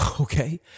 Okay